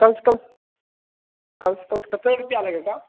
कम से कम कम से कम कतै रुपया लगेगा